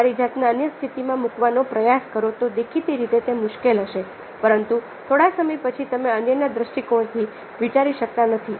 તમારી જાતને અન્ય સ્થિતિમાં મુકવાનો પ્રયાસ કરો તો દેખીતી રીતે તે મુશ્કેલ હશે પરંતુ થોડા સમય પછી તમે અન્યના દ્રષ્ટિકોણ થી વિચારી શકતા નથી